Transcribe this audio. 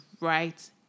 right